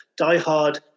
diehard